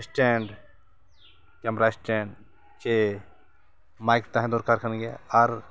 stand camera stand ᱥᱮ mic ᱛᱟᱦᱮᱸ ᱫᱚᱨᱠᱟᱨ ᱠᱟᱱ ᱜᱮᱭᱟ ᱟᱨ